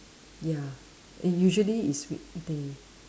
ya and usually it's weekday